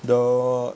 the